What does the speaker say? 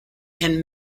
and